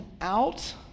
out